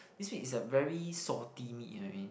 this meat is a very salty meat you know what I mean